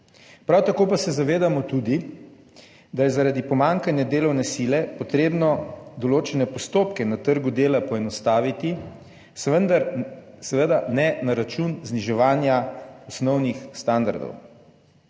Prav tako pa se zavedamo tudi, da je zaradi pomanjkanja delovne sile potrebno določene postopke na trgu dela poenostaviti, vendar seveda ne na račun zniževanja osnovnih standardov.